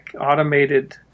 automated